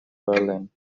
berlin